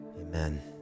Amen